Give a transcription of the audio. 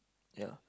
ya